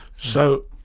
so,